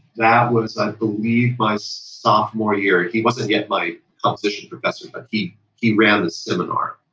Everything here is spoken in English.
that was i believe my sophomore year. he wasn't yet my composition professor, but he he ran the seminar.